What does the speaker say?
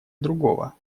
другого